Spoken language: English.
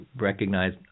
recognize